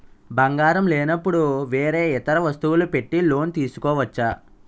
బంగారం లేనపుడు వేరే ఇతర వస్తువులు పెట్టి లోన్ తీసుకోవచ్చా?